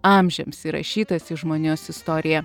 amžiams įrašytas į žmonijos istoriją